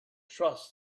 trust